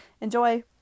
Enjoy